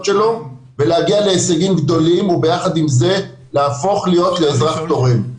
שלו ולהגיע להישגים גדולים וביחד עם זה להפוך להיות אדם תורם.